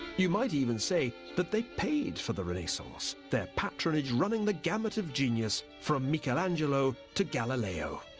you might even say that they paid for the renaissance, their patronage running the gamut of genius from michelangelo to galileo.